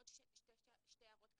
עוד שתי הערות קטנות.